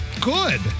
good